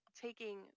taking